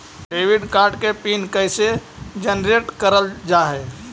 Debit card के PIN कैसे generate करल जाहै?